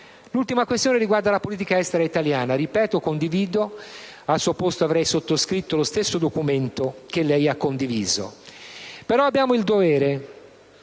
L'ultima questione riguarda la politica estera italiana. Ripeto: condivido e al suo posto avrei sottoscritto lo stesso documento che lei ha condiviso, ma abbiamo il dovere